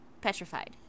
petrified